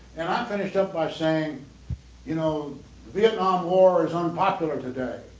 and i finished up by saying you know vietnam war is unpopular today.